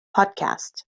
podcast